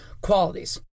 qualities